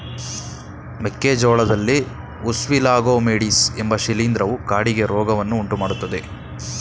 ಮೆಕ್ಕೆ ಜೋಳದಲ್ಲಿ Ustilago maydis ಎಂಬ ಶಿಲೀಂಧ್ರವು ಕಾಡಿಗೆ ರೋಗವನ್ನು ಉಂಟುಮಾಡ್ತದೆ